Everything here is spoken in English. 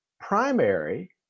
primary